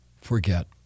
forget